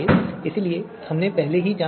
इसलिए हमने पहले ही जाँच कर ली है